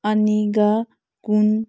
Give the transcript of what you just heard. ꯑꯅꯤꯒ ꯀꯨꯟ